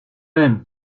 même